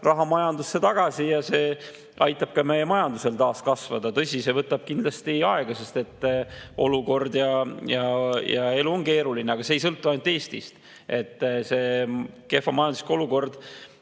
raha majandusse tagasi ja see aitab meie majandusel taas kasvada. Tõsi, see võtab kindlasti aega, sest olukord on keeruline, elu on keeruline, aga see ei sõltu ainult Eestist, kehv majanduslik olukord